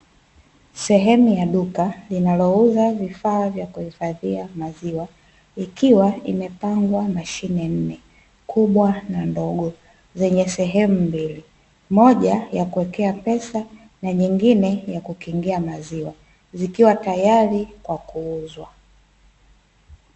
Sehemu ya duka linalouza vifaa vya kuhifadhia maziwa, ikiwa imepangwa mashine nne kubwa na ndogo zenye sehemu mbili. Moja ya kuwekea pesa na nyingine ya kukingia maziwa, zikiwa tayari kwa kuuzwa.